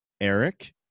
Eric